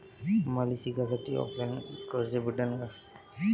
मले शिकासाठी ऑफलाईन कर्ज भेटन का?